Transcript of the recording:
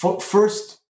first